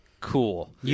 Cool